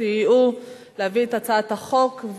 סייעו להביא את הצעת החוק,